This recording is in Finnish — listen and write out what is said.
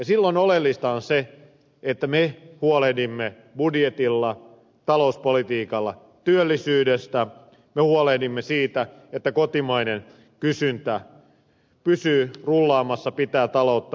silloin oleellista on se että me huolehdimme budjetilla ja talouspolitiikalla työllisyydestä me huolehdimme siitä että kotimainen kysyntä pysyy rullaamassa pitää taloutta yllä